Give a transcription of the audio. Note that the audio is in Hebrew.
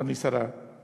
אדוני שר הבינוי,